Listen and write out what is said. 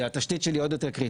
התשתית שלי עוד יותר קריטית.